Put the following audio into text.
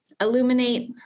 Illuminate